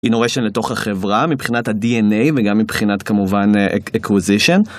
Inherition לתוך החברה מבחינת ה-dna וגם מבחינת כמובן acquisition.